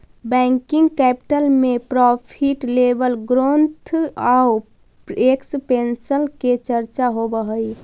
working capital में profit level growth आउ expansion के चर्चा होवऽ हई